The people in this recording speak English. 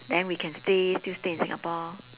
then we can stay still stay in singapore